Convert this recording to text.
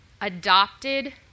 adopted